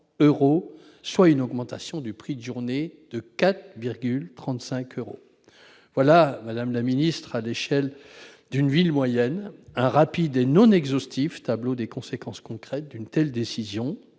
soit une augmentation du prix de journée de 4,35 euros. Voilà, madame la secrétaire d'État, à l'échelle d'une ville moyenne, un tableau rapide et non exhaustif des conséquences concrètes d'une telle décision.